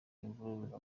imvururu